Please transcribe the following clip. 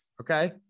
Okay